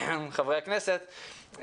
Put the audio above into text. מחברי הכנסת,